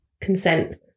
consent